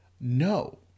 No